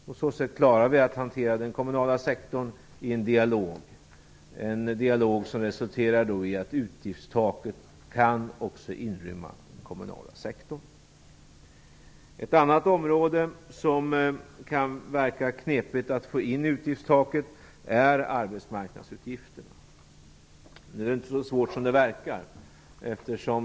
På så sätt klarar vi att hantera den kommunala sektorn i en dialog, vilken resulterar i att utgiftstaket också kan inrymma den kommunala sektorn. Ett annat område där det kan verka knepigt att få in utgiftstaket är arbetsmarknadsutgifterna. Nu är det inte så svårt som det verkar.